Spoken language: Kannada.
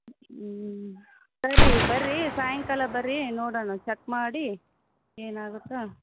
ಹ್ಞೂ ಸರಿ ಬರ್ರೀ ಸಾಯಂಕಾಲ ಬರ್ರೀ ನೋಡೋಣ ಚೆಕ್ ಮಾಡಿ ಏನಾಗುತ್ತೋ